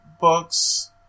books